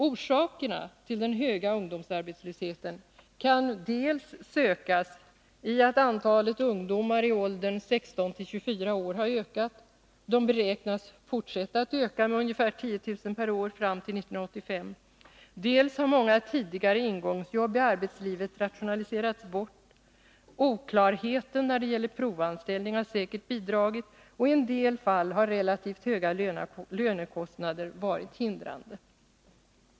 Orsakerna till den höga ungdomsarbetslösheten kan sökas dels i att antalet ungdomar i åldern 16-24 år har ökat och beräknas fortsätta att öka med ungefär 10 000 per år fram till 1985, dels i att många tidigare ingångsjobb i arbetslivet har rationaliserats bort. Oklarheten när det gäller provanställning har säkert bidragit, och i en del fall har relativt höga lönekostnader varit hindrande.